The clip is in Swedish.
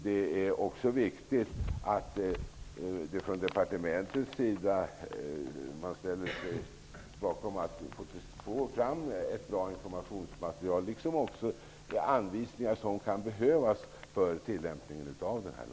Det är viktigt att man från departementets sida tar fram bra informationsmaterial och anvisningar som kan behövas för tillämpningen av lagen.